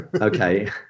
okay